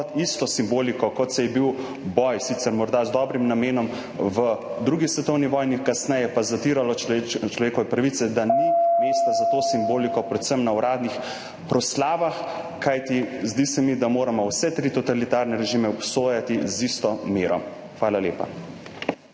isto simboliko, kot se je bil boj, sicer morda z dobrim namenom, v drugi svetovni vojni, kasneje pa zatiralo človekove pravice, ni mesta za to simboliko. Predvsem ne na uradnih proslavah. Kajti zdi se mi, da moramo vse tri totalitarne režime obsojati z isto mero. Hvala lepa.